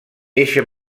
eixe